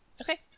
Okay